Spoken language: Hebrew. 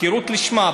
הפקרות לשמה,